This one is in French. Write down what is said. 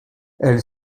elle